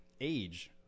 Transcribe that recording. age